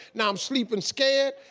now i'm sleepin' scared.